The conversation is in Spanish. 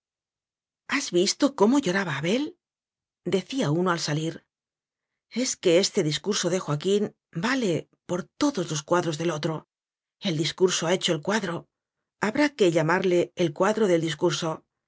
has visto cómo lloraba abel decía uno al salir es que este discurso de joaquín vale por todos los cuadros del otro el discurso ha hecho el cuadro habrá que llamarle el cuadró del discurso